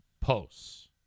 posts